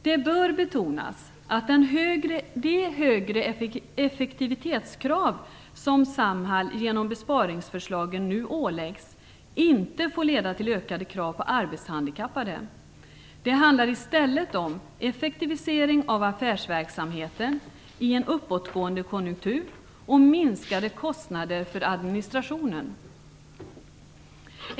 Det bör betonas att de högre effektivitetskrav som Samhall genom besparingsförslagen nu åläggs inte får leda till ökade krav på arbetshandikappade. Det handlar i stället om en effektivisering av affärsverksamheten i en uppåtgående konjunktur och om minskade kostnader för administrationen.